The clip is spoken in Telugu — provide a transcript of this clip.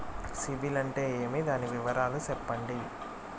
సిబిల్ అంటే ఏమి? దాని వివరాలు సెప్పండి?